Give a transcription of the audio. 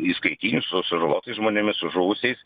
įskaitinių su sužalotais žmonėmis su žuvusiais